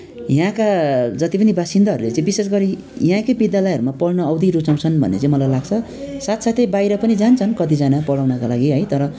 याँहाका जति पनि वासिन्दाहरूले चाहिँ विशेष गरी यहाँकै विद्यालयहरूमा पढनु औधी रुचाउँछन् भन्ने चै मलाई लाग्छ साथसाथै बाहिर पनि जान्छन् कतिजना पढाउनका लागि है तर